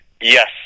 Yes